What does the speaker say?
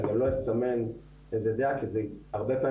אני גם לא אסמן איזו דעה כי זה הרבה פעמים